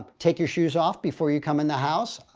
take your shoes off before you come in the house.